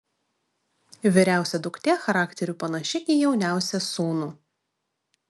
vyriausia duktė charakteriu panaši į jauniausią sūnų